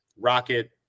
Rocket